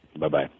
Bye-bye